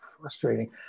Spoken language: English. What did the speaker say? frustrating